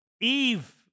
Eve